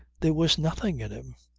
there was nothing in him.